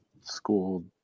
school